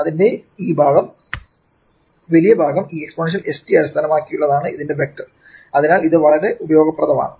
അതിന്റെ വലിയ ഭാഗം ഈ എക്സ്പോണൻഷ്യൽ st അടിസ്ഥാനമാക്കിയുള്ളതാണ് ഇതിന്റെ വെക്റ്റർ അതിനാൽ ഇത് വളരെ ഉപയോഗപ്രദമാണ്